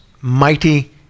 mighty